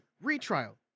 retrial